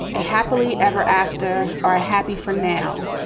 happily ever after or ah happy for now,